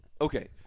okay